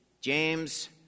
James